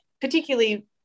particularly